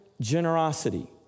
generosity